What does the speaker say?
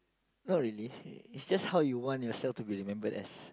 not really it's just how you want yourself to be remembered as